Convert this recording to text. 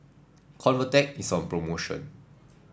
Convatec is on promotion